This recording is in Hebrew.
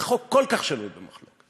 וחוק כל כך שנוי במחלוקת,